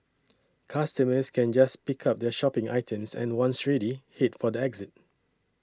customers can just pick up their shopping items and once ready head for the exit